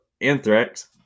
anthrax